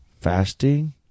fasting